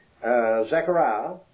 Zechariah